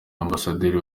ambasaderi